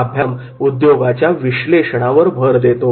हा अभ्यासक्रम उद्योगाच्या विश्लेषणावर भर देतो